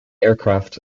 aircraft